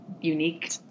unique